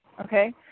Okay